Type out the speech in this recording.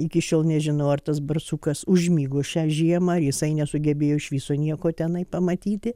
iki šiol nežinau ar tas barsukas užmigo šią žiemą ar jisai nesugebėjo iš viso nieko tenai pamatyti